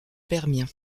permien